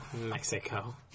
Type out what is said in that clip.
Mexico